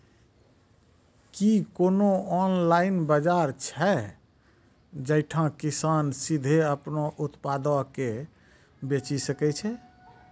कि कोनो ऑनलाइन बजार छै जैठां किसान सीधे अपनो उत्पादो के बेची सकै छै?